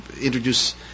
introduce